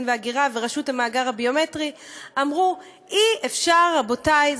וההגירה ורשות המאגר הביומטרי אמרו: רבותי,